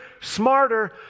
smarter